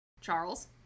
Charles